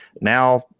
Now